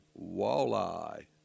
walleye